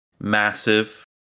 massive